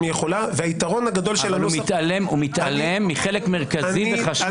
היא יכולה --- הוא מתעלם מחלק מרכזי וחשוב.